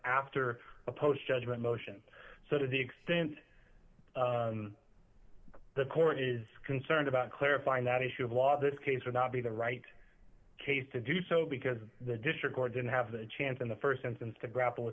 after a post judgment motion so to the extent the court is concerned about clarifying that issue of law this case would not be the right case to do so because the district court didn't have the chance in the st sentence to grapple with